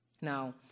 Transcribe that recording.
Now